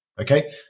Okay